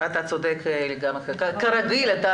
אתה צודק.